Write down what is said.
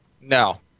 No